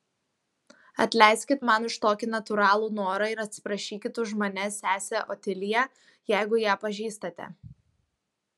atleiskit man už tokį natūralų norą ir atsiprašykit už mane sesę otiliją jeigu ją pažįstate